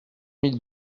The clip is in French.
mille